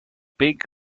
big